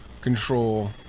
control